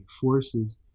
forces